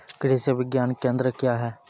कृषि विज्ञान केंद्र क्या हैं?